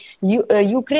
ukraine